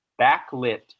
backlit